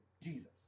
Jesus